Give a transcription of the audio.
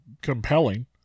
compelling